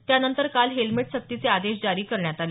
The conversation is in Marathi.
त्यानंतर काल हेल्मेट सक्तीचे आदेश जारी करण्यात आले